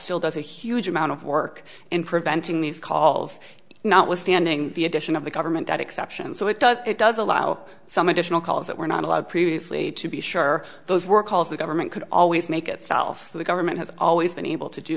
still does a huge amount of work in preventing these calls not withstanding the addition of the government that exception so it does it does allow some additional calls that were not allowed previously to be sure those were calls the government could always make itself so the government has always been able to do